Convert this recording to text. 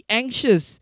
anxious